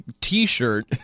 t-shirt